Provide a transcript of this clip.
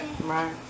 Right